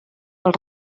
als